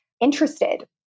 interested